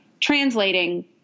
translating